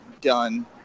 done